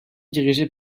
dirigé